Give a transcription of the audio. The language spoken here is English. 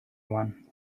one